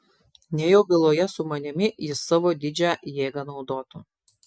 nejau byloje su manimi jis savo didžią jėgą naudotų